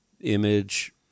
image